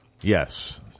Yes